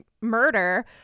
murder